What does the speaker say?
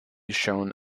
shown